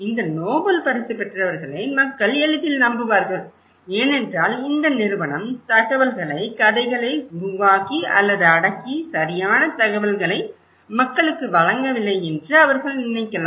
இந்த நோபல் பரிசு பெற்றவர்களை மக்கள் எளிதில் நம்புவார்கள் ஏனென்றால் இந்த நிறுவனம் தகவல்களை கதைகளை உருவாக்கி அல்லது அடக்கி சரியான தகவல்களை மக்களுக்கு வழங்கவில்லை என்று அவர்கள் நினைக்கலாம்